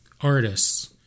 artists